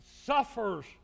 suffers